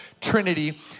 trinity